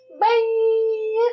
bye